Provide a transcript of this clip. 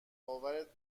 باورت